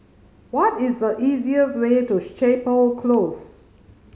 what is the easiest way to Chapel Close